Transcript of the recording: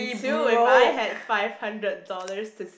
too if I had five hundred dollars to